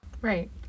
Right